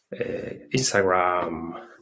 Instagram